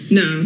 no